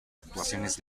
actuaciones